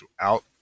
throughout